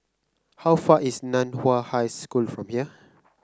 how far is Nan Hua High School from here